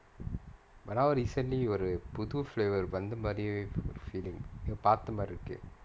but now recently ஒரு புது:oru puthu flavour வந்த மாரியே:vantha maariyae feeling எங்கயோ பாத்தமாரி இருக்கு:engayo paathamaari irukku